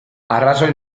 arrazoi